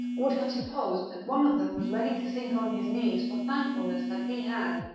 would have supposed that one of them was ready to sink on his knees for thankfulness that he had,